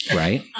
right